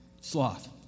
sloth